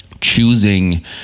choosing